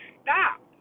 stop